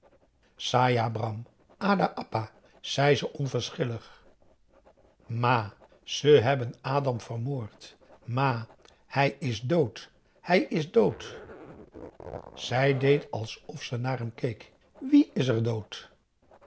zei ze onverschillig mâ ze hebben adam vermoord mâ hij is dood hij is dood zij deed alsof ze naar hem keek wie is er dood